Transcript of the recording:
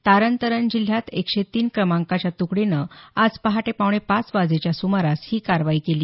तरण तारण जिल्ह्यात एकशे तीन क्रमाकांच्या तुकडीनं आज पहाटे पावणे पाच वाजेच्या सुमारास ही कारवाई केली